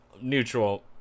neutral